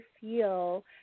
feel